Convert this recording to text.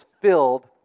filled